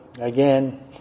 again